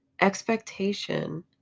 Expectation